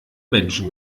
menschen